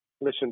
listen